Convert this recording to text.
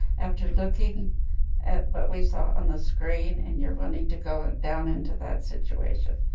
after looking at what we saw on the screen, and you're wanting to go ah down into that situation?